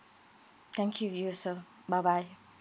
thank you you also bye bye